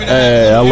Hey